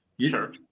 sure